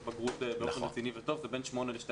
בגרות באופן רציני וטוב זה בין 8-12 שנים.